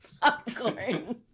popcorn